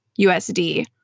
USD